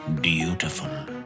beautiful